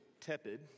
tepid